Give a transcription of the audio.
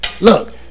look